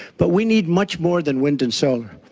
but we need much more than wind and solar.